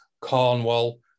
Cornwall